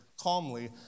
calmly